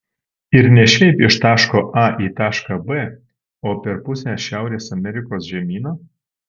ir ne šiaip iš taško a į tašką b o per pusę šiaurės amerikos žemyno